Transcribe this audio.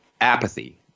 apathy